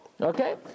Okay